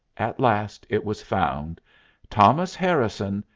at last it was found thomas harrison,